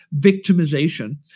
victimization